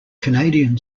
canadian